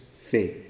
faith